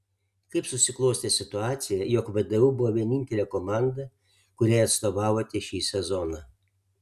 kaip susiklostė situacija jog vdu buvo vienintelė komanda kuriai atstovavote šį sezoną